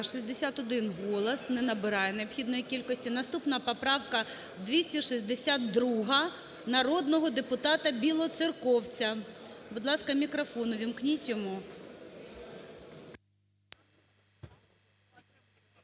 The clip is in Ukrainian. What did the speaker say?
61 голос. Не набирає необхідної кількості. Наступна поправка 262 народного депутата Білоцерковця. Будь ласка, мікрофон увімкніть йому.